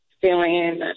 feeling